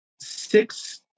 six